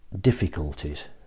difficulties